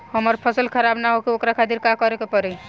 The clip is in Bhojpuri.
हमर फसल खराब न होखे ओकरा खातिर का करे के परी?